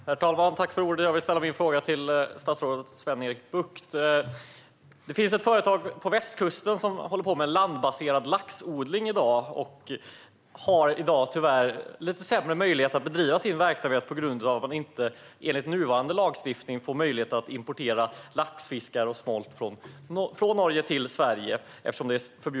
Herr talman! Jag vill ställa min fråga till statsrådet Sven-Erik Bucht. Det finns ett företag på västkusten som håller på med landbaserad laxodling. De har i dag tyvärr lite sämre möjlighet att bedriva sin verksamhet på grund av att de inte, enligt nuvarande svensk lagstiftning, har möjlighet att importera laxfiskar och smolt från Norge till Sverige.